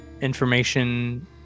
information